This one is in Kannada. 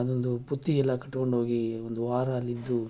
ಅದೊಂದು ಬುತ್ತಿಯೆಲ್ಲ ಕಟ್ಕೊಂಡೋಗಿ ಒಂದುವಾರ ಅಲ್ಲಿದ್ದು